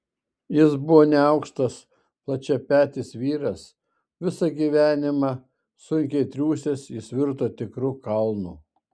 jis buvo neaukštas plačiapetis vyras visą gyvenimą sunkiai triūsęs jis virto tikru kalnu